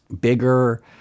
bigger